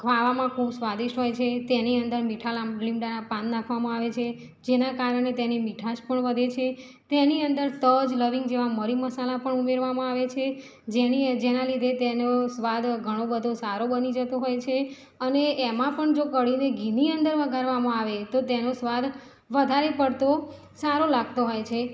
ખાવામાં ખૂબ સ્વાદિષ્ટ હોય છે તેની અંદર મીઠા લામ લીમડાનાં પાન નાખવામાં આવે છે જેનાં કારણે તેની મીઠાશ પણ વધે છે તેની અંદર તજ લવિંગ જેવા મરીમસાલા પણ ઉમેરવામાં આવે છે જેની જેના લીધે તેનો સ્વાદ ઘણો બધો સારો બની જતો હોય છે અને એમાં પણ જો કઢી ને ઘીની અંદર વઘારવામાં આવે તો તેનો સ્વાદ વધારે પડતો સારો લાગતો હોય છે